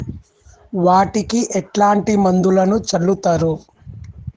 వాటికి ఎట్లాంటి మందులను చల్లుతరు?